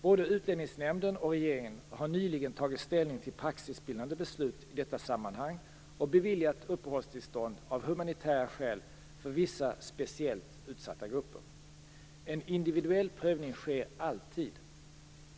Både Utlänningsnämnden och regeringen har nyligen tagit ställning till praxisbildande beslut i detta sammanhang, och beviljat uppehållstillstånd av humanitära skäl för vissa speciellt utsatta grupper. En individuell prövning sker alltid.